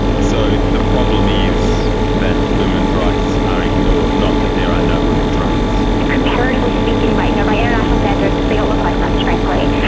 so the problem is that women's rights are ignored, not that there are no women's rights. comparatively speaking by you know by international standards they don't look like much, frankly.